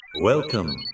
Welcome